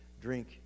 drink